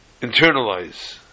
internalize